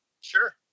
Sure